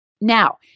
Now